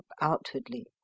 outwardly